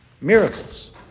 Miracles